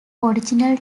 original